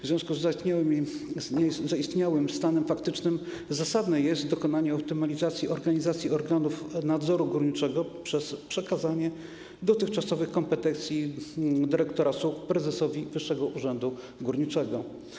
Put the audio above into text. W związku z zaistniałym stanem faktycznym zasadne jest dokonanie optymalizacji organizacji organów nadzoru górniczego przez przekazanie dotychczasowych kompetencji dyrektora SUG prezesowi Wyższego Urzędu Górniczego.